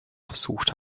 versucht